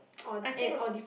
I think a